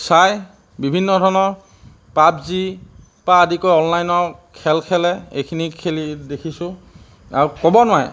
চাই বিভিন্ন ধৰণৰ পাবজি পৰা আদি কৰি অনলাইনৰ খেল খেলে এইখিনি খেলি দেখিছোঁ আৰু ক'ব নোৱাৰে